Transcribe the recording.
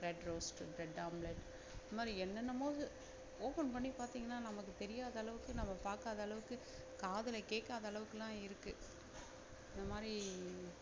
bread roast bread omelette இந்தமாதிரி என்னென்னமோ open பண்ணி பார்த்திங்கன்னா நமக்கு தெரியாத அளவுக்கு நம்ம பார்க்காத அளவுக்கு காதில் கேட்காத அளவுக்கெல்லாம் இருக்கு இந்தமாதிரி